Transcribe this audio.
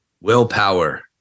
willpower